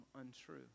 untrue